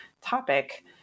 topic